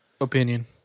Opinion